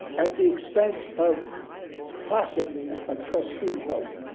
at the expense of possibly a trustee vote?